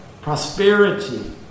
prosperity